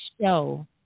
show